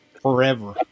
forever